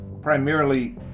Primarily